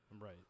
Right